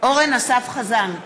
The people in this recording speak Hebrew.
אורן אסף חזן,